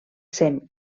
sem